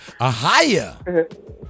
Ahaya